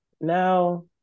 now